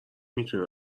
میتونی